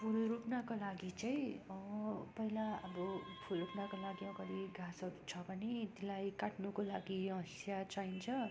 फुल रोप्नको लागि चाहिँ पहिला अब फुल रोप्नका लागि अगाडि घाँसहरू छ भने त्यसलाई काट्नुको लागि हँसिया चाहिन्छ